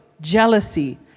jealousy